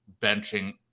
benching